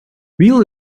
will